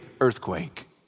earthquake